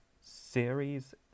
series